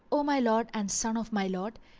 o my lord and son of my lord,